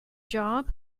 job